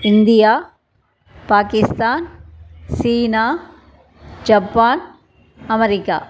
India Pakistan China Japan America